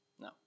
No